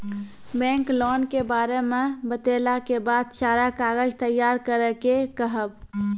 Bank loan के बारे मे बतेला के बाद सारा कागज तैयार करे के कहब?